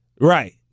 Right